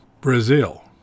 Brazil